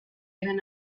habían